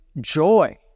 joy